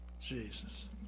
Jesus